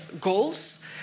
goals